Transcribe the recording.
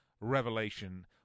revelation